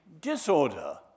disorder